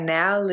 now